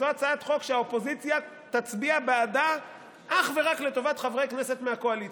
זו הצעת חוק שהאופוזיציה תצביע בעדה אך ורק לטובת חברי כנסת מהקואליציה,